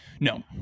No